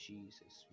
Jesus